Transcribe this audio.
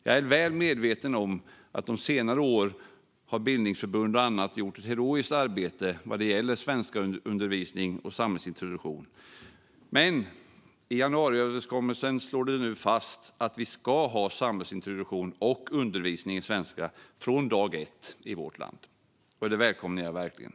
Jag är väl medveten om att bildningsförbund och andra under senare år har gjort ett heroiskt arbete vad gäller svenskundervisning och samhällsintroduktion. I januariöverenskommelsen slås det dock nu fast att vi ska ha samhällsintroduktion och undervisning i svenska från dag ett i vårt land, och det välkomnar jag verkligen.